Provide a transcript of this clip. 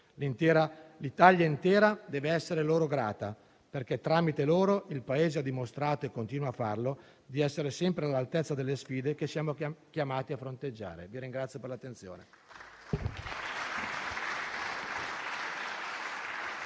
L'Italia intera dev'essere loro grata, perché tramite loro il Paese ha dimostrato (e continua a farlo) di essere sempre all'altezza delle sfide che siamo chiamati a fronteggiare.